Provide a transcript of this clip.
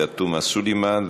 עאידה תומא סלימאן,